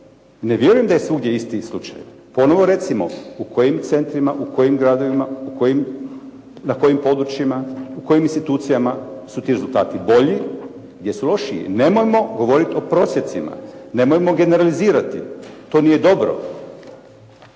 Ne vjerujem da je svugdje isti slučaj. Ponovno recimo u kojim centrima u kojim gradovima, na kojim područjima, u kojim institucijama su ti rezultati, gdje su lošiji. Nemojmo govoriti o prosjecima, nemojmo generalizirati. To nije dobro.